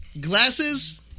Glasses